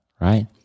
right